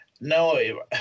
no